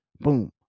Boom